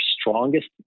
strongest